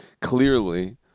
clearly